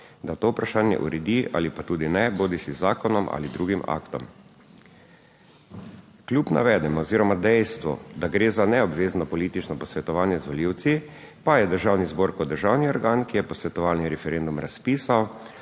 da to vprašanje uredi ali pa tudi ne, bodisi z zakonom ali drugim aktom. Kljub navedenim oziroma dejstvu, da gre za neobvezno politično posvetovanje z volivci, pa je Državni zbor kot državni organ, ki je posvetovalni referendum razpisal,